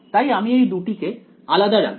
তাই আমি এই দুটোকে আলাদা রাখবো